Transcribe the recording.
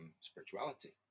spirituality